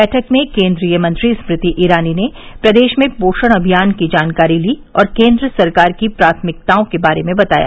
बैठक में केन्द्रीय मंत्री स्मृति ईरानी ने प्रदेश में पोषण अभियान की जानकारी ली और केन्द्र सरकार की प्राथमिकताओं के बारे में बताया